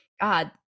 god